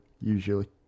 usually